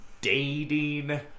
dating